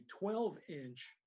12-inch